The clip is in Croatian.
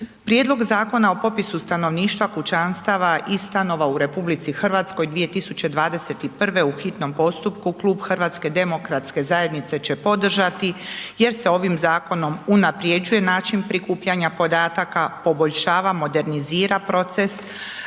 Prijedlog zakona o popisu stanovništva, kućanstava i stanova u RH 2021. u hitnom postupku klub HDZ-a će podržati jer se ovim zakonom unaprjeđuje način prikupljanja podataka, poboljšava, modernizira proces,